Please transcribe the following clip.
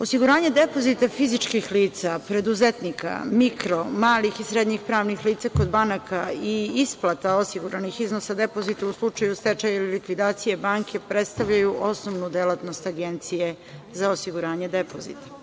Osiguranje depozita fizičkih lica, preduzetnika, mikro, marko, malih i srednjih pravnih lica kod banaka i isplata osiguranih iznosa depozita u slučaju stečaja ili likvidacije banke predstavljaju osnovnu delatnost Agencije za osiguranje depozita.